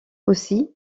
aussi